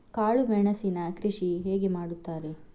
ಕಾಳು ಮೆಣಸಿನ ಕೃಷಿ ಹೇಗೆ ಮಾಡುತ್ತಾರೆ?